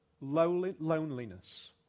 Loneliness